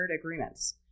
agreements